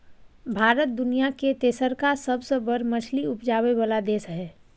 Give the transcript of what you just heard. भारत दुनिया के तेसरका सबसे बड़ मछली उपजाबै वाला देश हय